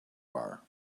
bar